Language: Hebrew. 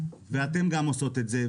וגם אתן עושות את זה.